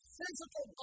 physical